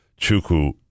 Chuku